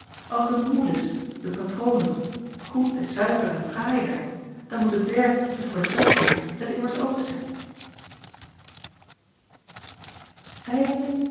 als de moules de patronen goed zuiver en fraai zijn dan moet het werk dat voor den dag komt het immers ook zijn